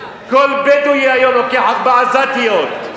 כל בדואי היום לוקח ארבע עזתיות,